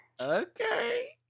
Okay